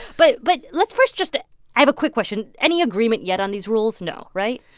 but but let's first just i have a quick question. any agreement yet on these rules? no, right?